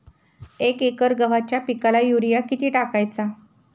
एक एकर गव्हाच्या पिकाला युरिया किती टाकायचा?